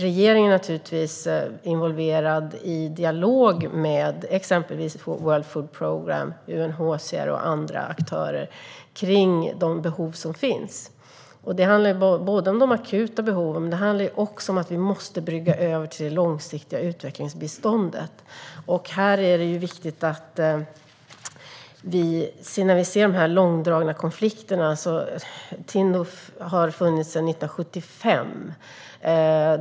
Regeringen är naturligtvis involverad i dialog med exempelvis World Food Programme, UNHCR och andra aktörer kring de behov som finns. Det handlar både om de akuta behoven och om att vi måste brygga över till det långsiktiga utvecklingsbiståndet. Tindouf har funnits sedan 1975.